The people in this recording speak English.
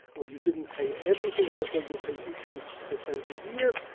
or you didn't pay everything, therefore you'll pay eighteen percent a year,